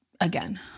Again